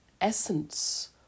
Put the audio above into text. essence